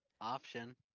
option